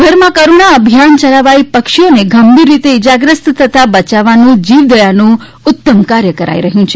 રાજ્યભરમાં કરૂણા અભિયાન ચલાવાઈ પક્ષીઓને ગંભીર રીતે ઇજાગ્રસ્ત થતા બચાવવાનુ જીવદયાનું ઉત્તમ કાર્ય કરાઇ રહ્યું છે